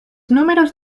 números